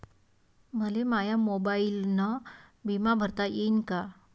मले माया मोबाईलनं बिमा भरता येईन का?